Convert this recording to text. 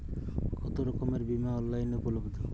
কতোরকমের বিমা অনলাইনে উপলব্ধ?